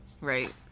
right